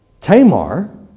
Tamar